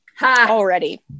already